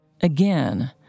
Again